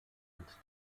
und